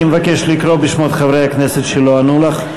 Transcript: אני מבקש לקרוא בשמות חברי הכנסת שלא ענו לך.